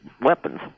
weapons